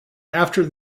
after